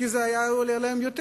כי זה היה עולה להם יותר.